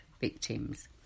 victims